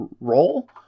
role